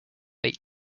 eight